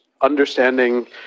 understanding